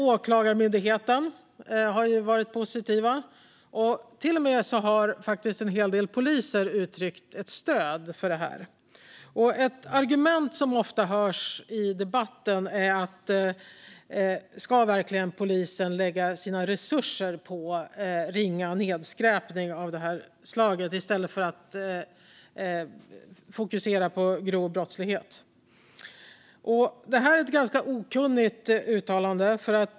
Åklagarmyndigheten har varit positiv. Till och med en hel del poliser har uttryckt ett stöd för det. Ett argument som ofta hörs i debatten är: Ska verkligen polisen lägga sina resurser på ringa nedskräpning av detta slag i stället för att fokusera på grov brottslighet? Det är ett ganska okunnigt uttalande.